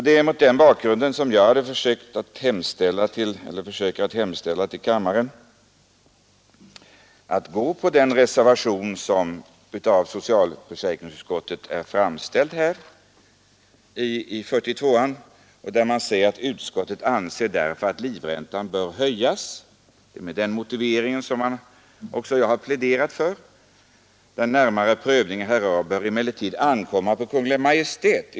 Det är mot denna bakgrund jag hemställer att kammaren biträder den reservation som är fogad till socialförsäkringsutskottets betänkande nr 42 och vari sägs med den motivering som jag har pläderat för: ”Utskottet anser därför att livräntan bör höjas. Den närmare prövningen härav bör emellertid ankomma på Kungl. Maj:t.